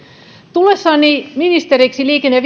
tullessani ministeriksi liikenne ja